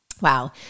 Wow